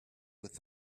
with